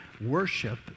worship